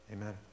Amen